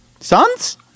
sons